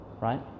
right